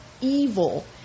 evil